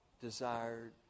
desired